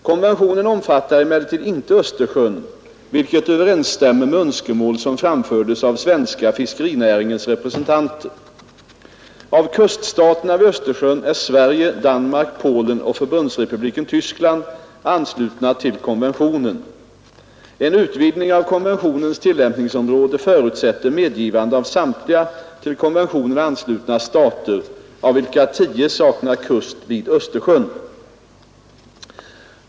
Konventionen omfattar emellertid inte Östersjön, vilket överensstämmer med önskemål som framfördes av svenska fiskerinäringens representanter. Av kuststaterna vid Östersjön är Sverige, Danmark, Polen och Förbundsrepubliken Tyskland anslutna till konventionen. En utvidgning av konventionens tillämpningsområde förutsätter medgivande av samtliga till konventionen anslutna stater, av vilka tio saknar kust vid Östersjön.